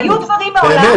באמת.